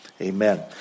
Amen